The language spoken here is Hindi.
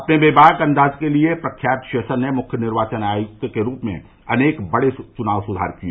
अपने बेबाक अन्दाज के लिए प्रख्यात रोषन ने मुख्य निर्वाचन आयुक्त के रूप में अनेक बड़े चुनाव सुधार किए